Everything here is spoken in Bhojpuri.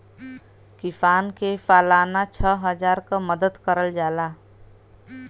किसान के सालाना छः हजार क मदद करल जाला